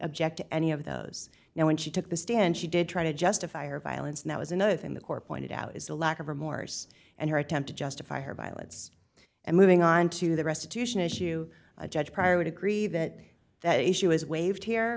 object to any of those now when she took the stand she did try to justify or violence and that was another thing the court pointed out is a lack of remorse and her attempt to justify her violence and moving on to the restitution issue a judge pryor would agree that that issue is waived here